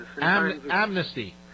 Amnesty